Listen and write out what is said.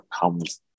comes